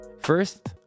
First